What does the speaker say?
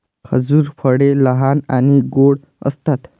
खजूर फळे लहान आणि गोड असतात